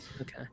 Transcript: okay